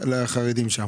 לחרדים.